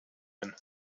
ein